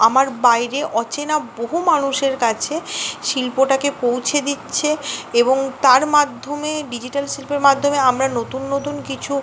আমার বাইরে অচেনা বহু মানুষের কাছে শিল্পটাকে পৌঁছে দিচ্ছে এবং তার মাধ্যমে ডিজিটাল শিল্পর মাধ্যমে আমরা নতুন নতুন কিছু